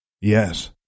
Yes